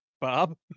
Bob